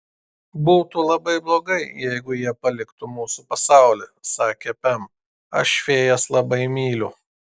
būtų labai blogai jeigu jie paliktų mūsų pasaulį sakė pem aš fėjas labai myliu